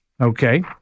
Okay